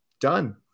done